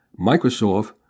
Microsoft